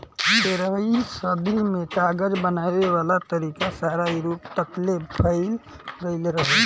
तेरहवीं सदी में कागज बनावे वाला तरीका सारा यूरोप तकले फईल गइल रहे